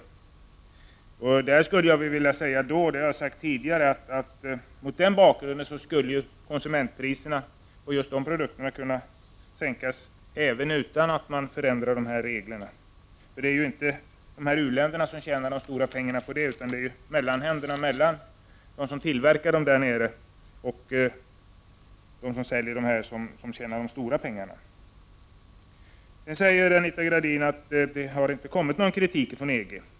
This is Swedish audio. Mot den bakgrunden skulle konsumentpriserna — och det har jag sagt tidigare — på just de produkterna kunna sänkas utan att man förändrar dessa regler. Det är ju inte u-länderna som tjänar de stora pengarna, utan det är mellanhänderna mellan dem som tillverkar produkterna i u-länderna och dem som säljer produkterna här som gör det. Anita Gradin säger att det inte har kommit någon kritik från EG.